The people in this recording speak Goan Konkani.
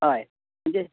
हय म्हणजे